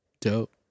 Dope